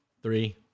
Three